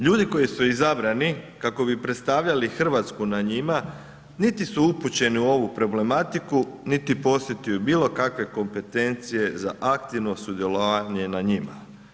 Ljudi koji su izabrani, kako bi predstavljali RH na njima, niti su upućeni u ovu problematiku, niti posjeduju bilo kakve kompetencije za aktivno sudjelovanje na njima.